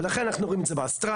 ולכן אנחנו רואים את זה באוסטרליה,